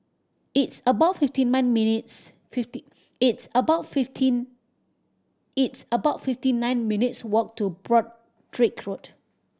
it's about fifty man minutes fifty it's about fifteen it's about fifty nine minutes' walk to Broadrick Road